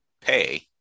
pay